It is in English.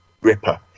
Ripper